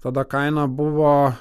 tada kaina buvo